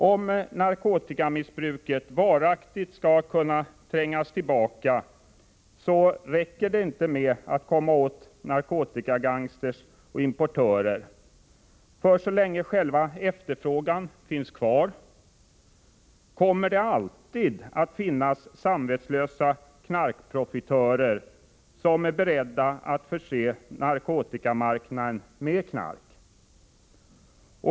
Om narkotikamissbruket varaktigt skall kunna trängas tillbaka, räcker det inte med att komma åt narkotikagangsters och importörer. Så länge själva efterfrågan finns kvar kommer det alltid att finnas samvetslösa knarkprofitörer som är beredda att förse narkotikamarknaden med knark.